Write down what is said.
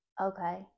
Okay